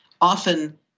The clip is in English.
often